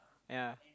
ya